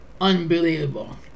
unbelievable